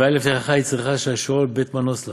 ואל יבטיחך יצרך שהשאול בית מנוס לך,